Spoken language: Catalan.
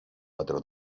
patró